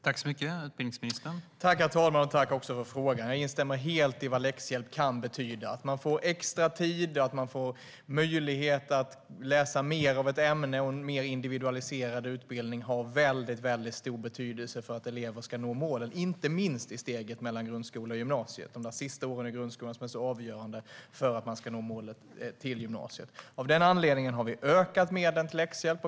Herr talman! Jag instämmer helt i vad läxhjälp kan betyda. Elever får extra tid och möjlighet att läsa mer av ett ämne och få en mer individualiserad utbildning. Det har väldigt stor betydelse för att elever ska nå målen inte minst i steget mellan grundskola och gymnasiet. De sista åren i grundskolan är avgörande för att de ska nå målet till gymnasiet. Av den anledningen har vi ökat medlen till läxhjälp.